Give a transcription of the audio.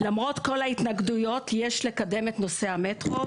למרות כל ההתנגדויות יש לקדם את נושא המטרו,